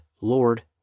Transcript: Lord